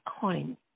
coin